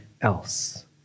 else